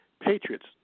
patriots